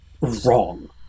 wrong